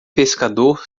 pescador